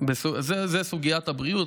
זאת סוגיית הבריאות.